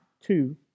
two